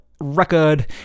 record